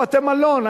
בבתי-מלון,